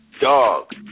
Dog